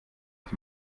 ich